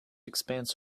expanse